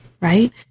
right